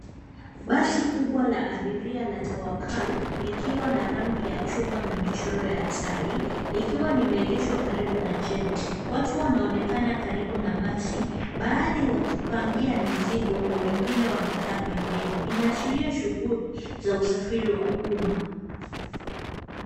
Basi kubwa la abiria la Tawakal likiwa na rangi ya chungwa na michoro ya tai, likiwa limeegeshwa karibu na jengo. Watu wanaonekana karibu na basi, baadhi wakipangia mizigo na wengine wamekaa pembeni, inaashiria shughuli za usafiri wa umma.